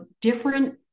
different